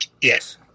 yes